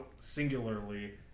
singularly